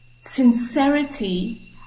sincerity